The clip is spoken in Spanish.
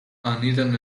anidan